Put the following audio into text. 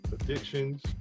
addictions